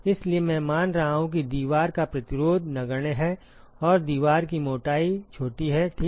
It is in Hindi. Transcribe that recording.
इसलिए मैं मान रहा हूं कि दीवार का प्रतिरोध नगण्य है और दीवार की मोटाई छोटी है ठीक है